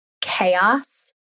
chaos